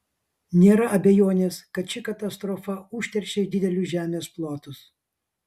nėra abejonės kad ši katastrofa užteršė didelius žemės plotus